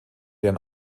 deren